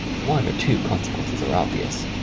one or two consequences are obvious.